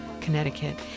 Connecticut